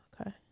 Okay